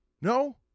No